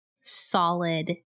solid